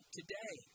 today